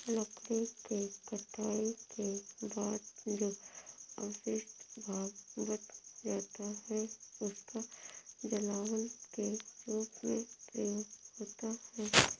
लकड़ी के कटाई के बाद जो अवशिष्ट भाग बच जाता है, उसका जलावन के रूप में प्रयोग होता है